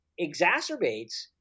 exacerbates